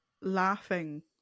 laughing